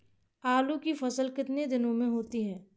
आलू की फसल कितने दिनों में होती है?